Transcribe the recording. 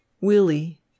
Willie